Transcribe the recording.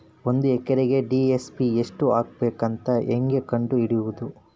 ಒಂದು ಎಕರೆಗೆ ಡಿ.ಎ.ಪಿ ಎಷ್ಟು ಹಾಕಬೇಕಂತ ಹೆಂಗೆ ಕಂಡು ಹಿಡಿಯುವುದು?